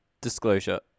Disclosure